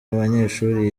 banyeshuri